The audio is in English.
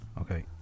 Okay